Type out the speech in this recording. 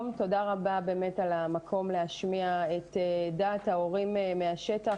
תודה רבה על המקום להשמיע את דעת ההורים מהשטח.